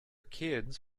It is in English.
kids